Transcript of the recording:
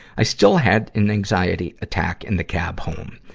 i still had an anxiety attack in the cab home.